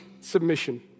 submission